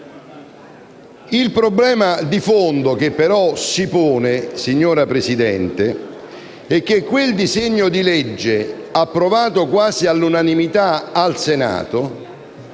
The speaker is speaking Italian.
il problema di fondo che però si pone è che quel disegno di legge, approvato quasi all'unanimità al Senato,